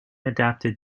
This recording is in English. adapted